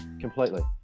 completely